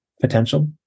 potential